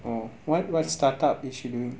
or what was startup issue